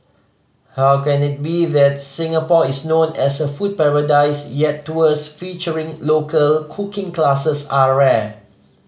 how can it be that Singapore is known as a food paradise yet tours featuring local cooking classes are rare